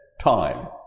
time